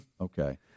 Okay